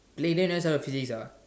play then never study physics ah